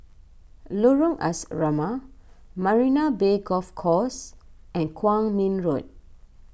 Lorong Asrama Marina Bay Golf Course and Kwong Min Road